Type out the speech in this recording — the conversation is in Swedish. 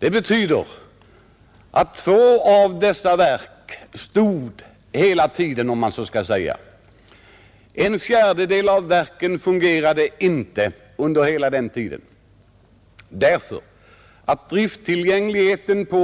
Det betyder alltså att två av elkraftverken, en fjärdedel, hela tiden var ur funktion. Atomkraftverken kan nämligen när det gäller drifttillgänglighet inte